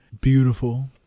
beautiful